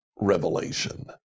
revelation